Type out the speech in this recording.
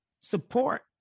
support